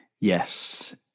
Yes